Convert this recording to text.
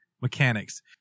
mechanics